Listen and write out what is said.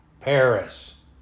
Paris